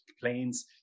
planes